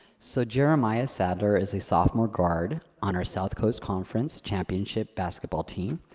so, jeremiah sadler is a sophomore guard on our south coast conference championship basketball team.